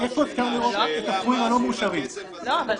לא לחינם קופצים פה.